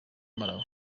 malawi